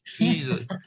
easily